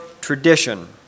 tradition